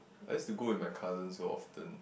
I used to go with my cousins so often